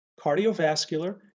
cardiovascular